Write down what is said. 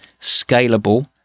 scalable